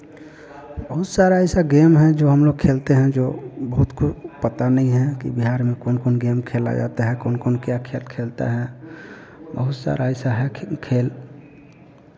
बहुत सारा ऐसा गेम है जो हम लोग खेलते हैं जो बहुत को पता नहीं है कि बिहार में कौन कौन गेम खेला जाता है कौन कौन क्या खेल खेलते हैं बहुत सारा ऐसा है कि खेल